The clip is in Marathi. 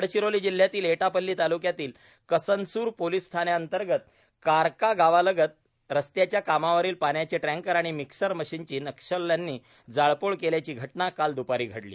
गडचिरोली जिल्ह्यातील एटापल्ली ताल्क्यातील कसनसूर पोलीस ठाण्यांतर्गत कारका गावालगत रस्त्याच्या कामावरील पाण्याचे टँकर आणि मिक्सर मशिनची नक्षल्यांनी जाळपोळ केल्याची घटना काल दुपारी घडली